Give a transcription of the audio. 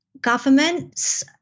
governments